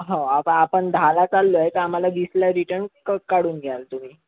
हो आपा आपण दहाला चाललो आहे तर आम्हाला वीसला रिटन क काढून घ्याल तुम्ही